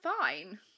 fine